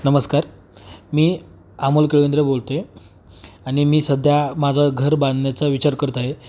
नमस्कार मी आमोल कवेंद्र बोलतो आहे आणि मी सध्या माझं घर बांधण्याचा विचार करत आहे